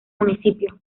municipio